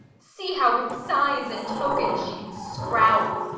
see how with signs and tokens she can scrowl.